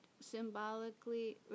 symbolically